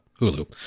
Hulu